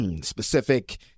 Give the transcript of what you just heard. specific